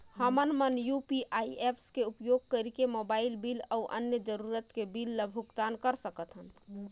हमन मन UPI apps के उपयोग करिके मोबाइल बिल अऊ अन्य जरूरत के बिल ल भुगतान कर सकथन